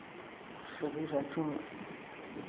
सभी राज्यों में